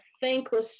thankless